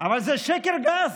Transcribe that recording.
אבל זה שקר גס.